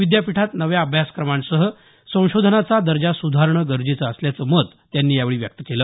विद्यापीठात नव्या अभ्यासक्रमांसह संशोधनाचा दर्जा सुधारणं गरजेचं असल्याचं मत त्यांनी यावेळी व्यक्त केलं